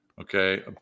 okay